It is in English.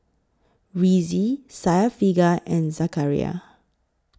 Rizqi Syafiqah and Zakaria